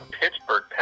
pittsburgh